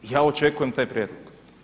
Ja očekujem taj prijedlog.